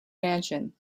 mansion